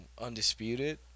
Undisputed